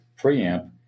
preamp